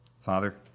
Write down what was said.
Father